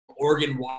Oregon